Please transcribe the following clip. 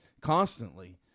constantly